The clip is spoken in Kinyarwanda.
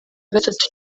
gatatu